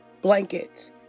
blankets